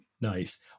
Nice